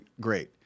Great